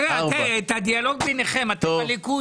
הנה,